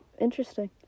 interesting